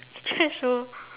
threshold